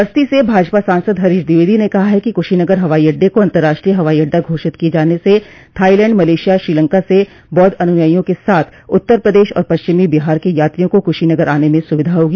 बस्ती से भाजपा सांसद हरीश द्विवेदी ने कहा कि कुशीनगर हवाई अड्डे को अतंराष्ट्रीय हवाई अड्डा घोषित किये जाने से थाईलैंड मलेशिया श्रीलंका से बौद्ध अनुयायिकों के साथ उत्तर प्रदेश और पश्चिमी बिहार के यात्रियों को कुशीनगर आने में सुविधा होगी